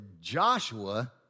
Joshua